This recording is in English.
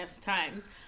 times